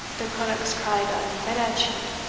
the cronach's cried on bennachie,